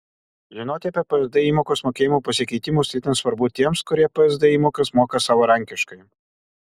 žinoti apie psd įmokos mokėjimo pasikeitimus itin svarbu tiems kurie psd įmokas moka savarankiškai